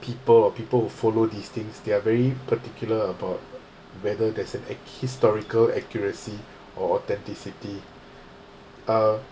people or people follow these things they're very particular about whether there's ac~ historical accuracy or authenticity uh